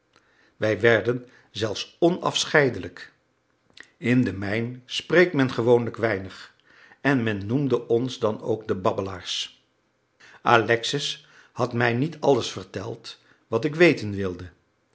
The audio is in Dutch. wij werden zelfs onafscheidelijk in de mijn spreekt men gewoonlijk weinig en men noemde ons dan ook de babbelaars alexis had mij niet alles verteld wat ik weten wilde